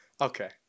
okay